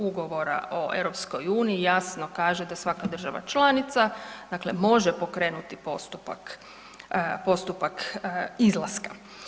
Ugovora o EU jasno kaže da svaka država članica dakle može pokrenuti postupak, postupak izlaska.